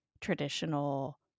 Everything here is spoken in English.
traditional